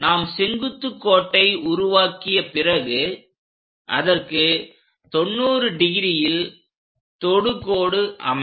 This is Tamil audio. நாம் செங்குத்து கோட்டை உருவாக்கிய பிறகு அதற்கு 90° ல் தொடுகோடு அமையும்